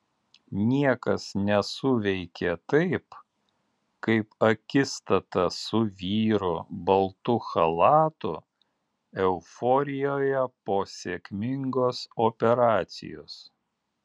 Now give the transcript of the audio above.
niekas nesuveikė taip kaip akistata su vyru baltu chalatu euforijoje po sėkmingos operacijos